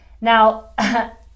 Now